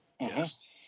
Yes